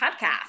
podcast